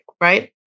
right